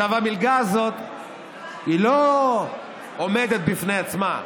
המלגה הזאת לא עומדת בפני עצמה.